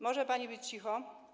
Może pani być cicho?